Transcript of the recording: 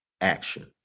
action